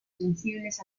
sensibles